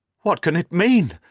what can it mean?